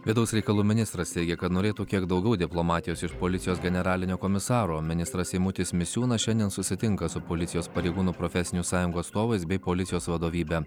vidaus reikalų ministras teigia kad norėtų kiek daugiau diplomatijos iš policijos generalinio komisaro ministras eimutis misiūnas šiandien susitinka su policijos pareigūnų profesinių sąjungų atstovais bei policijos vadovybe